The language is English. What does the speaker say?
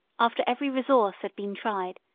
after every resource had been tried,